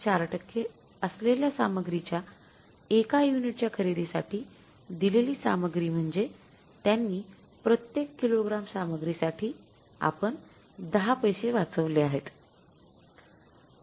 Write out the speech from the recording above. ४ टक्के असलेल्या सामग्रीच्या एक युनिटच्या खरेदीसाठी दिलेली सामग्री म्हणजे त्यांनी प्रत्येक किलोग्राम सामग्रीसाठी आपण १० पैसे वाचवले आहेत